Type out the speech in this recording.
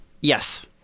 Yes